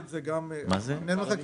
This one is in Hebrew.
התכתבנו עם מנהל מחלקת